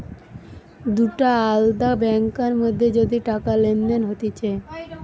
দুটা আলদা ব্যাংকার মধ্যে যদি টাকা লেনদেন হতিছে